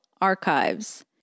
Archives